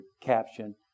caption